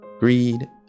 greed